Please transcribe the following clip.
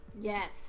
Yes